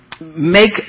make